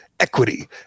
Equity